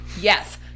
yes